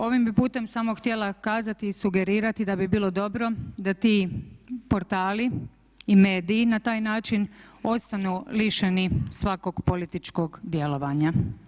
Ovim bih putem samo htjela kazati i sugerirati da bi bilo dobro da ti portali i mediji na taj način ostanu lišeni svakog političkog djelovanja.